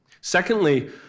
secondly